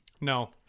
No